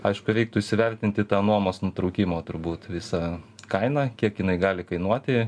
aišku reiktų įsivertinti tą nuomos nutraukimo turbūt visą kainą kiek jinai gali kainuoti